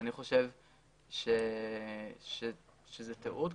אני חושב שזאת טעות,